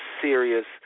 serious